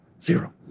zero